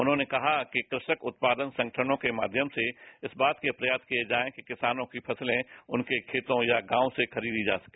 उन्होंने कहा कि कृषक जत्याद संगठनों के माध्यम से इस बात के प्रयास किए जाएं कि किसानों की फसलें उनके खेतों या गांव से खरीदी जा सके